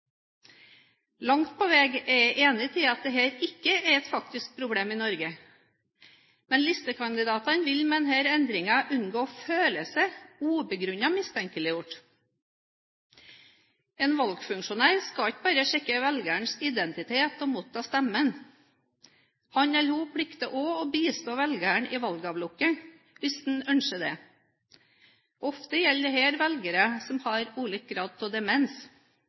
Langt på vei er jeg enig i at dette ikke er et faktisk problem i Norge, men listekandidater vil med denne endringen unngå å føle seg ubegrunnet mistenkeliggjort. En valgfunksjonær skal ikke bare sjekke velgerens identitet og motta stemmen. Han eller hun plikter også å bistå velgeren i valgavlukket hvis en ønsker det. Ofte gjelder dette velgere som har ulik grad av demens.